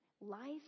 Life